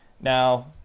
Now